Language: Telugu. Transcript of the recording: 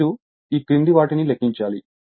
మీరు ఈ క్రింది వాటిని లెక్కించాలి